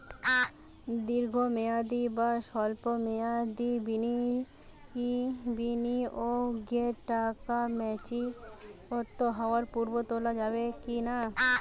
দীর্ঘ মেয়াদি বা সল্প মেয়াদি বিনিয়োগের টাকা ম্যাচিওর হওয়ার পূর্বে তোলা যাবে কি না?